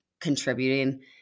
contributing